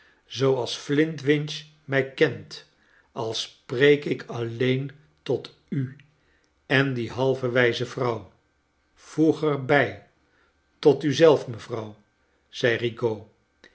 zooals flintwinch mij kent al spreek ik alleen tot u en die half wij ze vrouw voeg er bij tot u zelf mevrouw zei